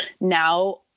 now